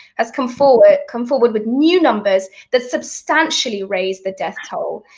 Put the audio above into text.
has come forward come forward with new numbers that substantially raise the death toll,